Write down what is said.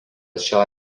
šio